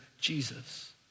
Jesus